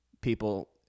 people